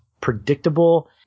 predictable